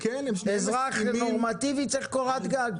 אזרח נורמטיבי צריך קורת גג.